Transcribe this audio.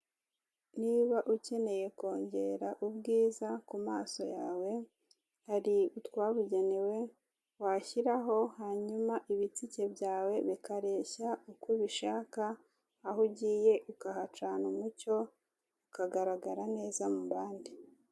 Niba ukeneye kongera ubwiza ku maso yawe hari utwabugenewe washyiraho hanyuma ibitsike byawe bikareshya uko ubushaka aho ugiye ukahacana umucyo ukagaragara neza mu bandi.